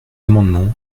amendement